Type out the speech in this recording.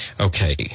okay